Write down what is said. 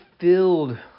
filled